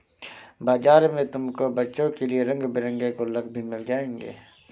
बाजार में तुमको बच्चों के लिए रंग बिरंगे गुल्लक भी मिल जाएंगे